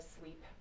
sleep